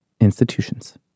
institutions